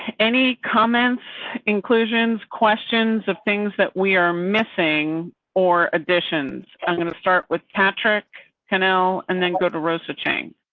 any comments inclusions questions of things that we are missing or additions. i'm going to start with patrick canal, and then go to rosa chain.